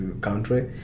country